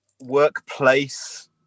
Workplace